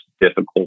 difficult